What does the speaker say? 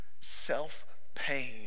self-pain